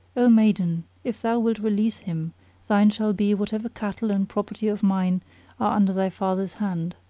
o maiden, if thou wilt release him thine shall be whatever cattle and property of mine are under thy father's hand.